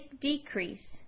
decrease